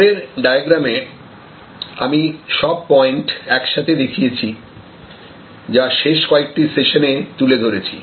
উপরের ডায়াগ্রমে আমি সব পয়েন্ট একসাথে দেখিয়েছি যা শেষ কয়েকটি সেশনে তুলে ধরেছি